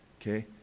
okay